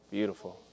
Beautiful